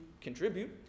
contribute